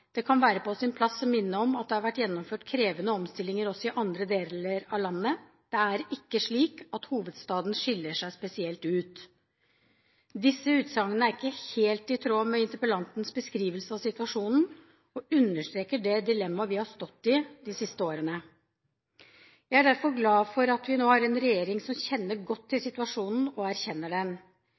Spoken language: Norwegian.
Det kan være på sin plass å minne om at det har vært gjennomført krevende omstillinger også i andre deler av landet. Det er ikke slik at hovedstadsregionen skiller seg spesielt ut.» Disse utsagnene er ikke helt i tråd med interpellantens beskrivelse av situasjonen, og understreker det dilemmaet vi har stått i de siste årene. Jeg er derfor glad for at vi nå har en regjering som kjenner godt til situasjonen og erkjenner den.